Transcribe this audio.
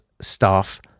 staff